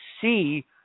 see